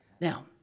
Now